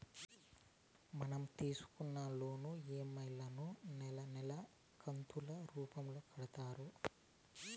మనం తీసుకున్న loan EMI లను నెలా నెలా కంతులు రూపంలో కడతారు